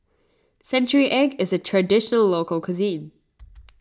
Century Egg is a Traditional Local Cuisine